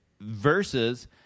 Versus